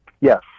Yes